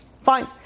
Fine